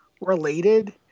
related